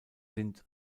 sind